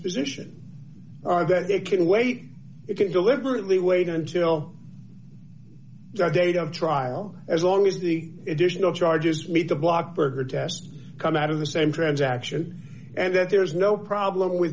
position that it can wait it can deliberately wait until the date of trial as long as the additional charges made to block further tests come out of the same transaction and then there's no problem with